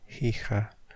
hija